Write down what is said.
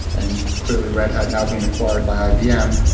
and clearly, red had now being acquired by ibm,